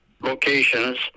locations